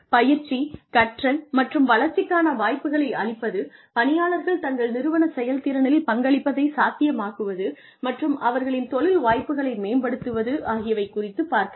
பயிற்சி கற்றல் மற்றும் வளர்ச்சிக்கான வாய்ப்புகளை அளிப்பது பணியாளர்கள் தங்கள் நிறுவன செயல்திறனில் பங்களிப்பதை சாத்தியமாக்குவது மற்றும் அவர்களின் தொழில் வாய்ப்புகளை மேம்படுத்துவது ஆகியவை குறித்துப் பார்க்கலாம்